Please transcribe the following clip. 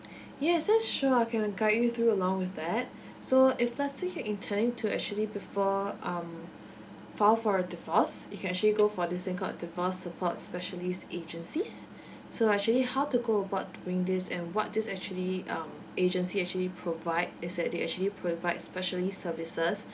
yes yes sure I can guide you through along with that so if let's say you're intending to actually before um file for a divorce you can actually go for this thing called divorce support specialist agencies so actually how to go about doing this and what this actually um agency actually provide is that they actually provide specialist services